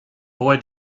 boy